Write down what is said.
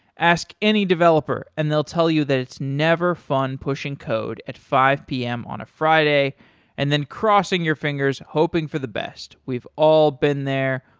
ask any developer and they'll tell you that it's never fun pushing code at five p m. on a friday and then crossing your fingers hoping for the best. we've all been there.